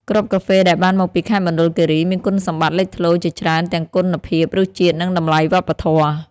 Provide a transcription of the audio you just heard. គ្រាប់កាហ្វេដែលបានមកពីខេត្តមណ្ឌលគិរីមានគុណសម្បត្តិលេចធ្លោជាច្រើន ទាំងគុណភាព រសជាតិ និងតម្លៃវប្បធម៌។